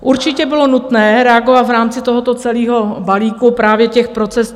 Určitě bylo nutné reagovat v rámci tohoto celého balíku právě